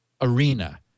arena